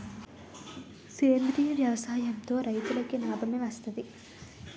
సేంద్రీయ వ్యవసాయం తో రైతులకి నాబమే వస్తది